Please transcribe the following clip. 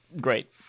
Great